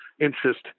interest